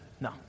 no